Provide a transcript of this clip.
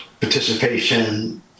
participation